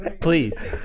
please